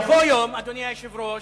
יבוא יום, אדוני היושב-ראש,